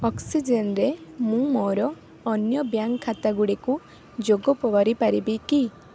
ଅକ୍ସିଜେନ୍ରେ ମୁଁ ମୋର ଅନ୍ୟ ବ୍ୟାଙ୍କ୍ ଖାତା ଗୁଡ଼ିକୁ ଯୋଗ କରିପାରିବି କି